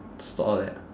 store there